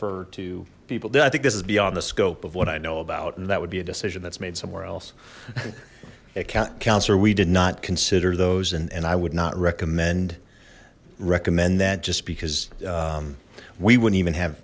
er to people did i think this is beyond the scope of what i know about and that would be a decision that's made somewhere else counselor we did not consider those and and i would not recommend recommend that just because we wouldn't even have